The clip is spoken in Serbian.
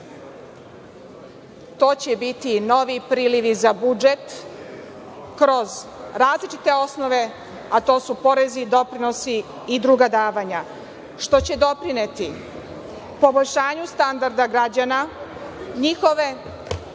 to će biti novi prilivi i za budžet kroz različite osnove, a to su porezi, doprinosi i druga davanja, što će doprineti poboljšanju standarda građana, njihove